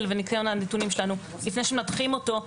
וניקיון הנתונים שלנו לפני שמנתחים אותם.